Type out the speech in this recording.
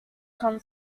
come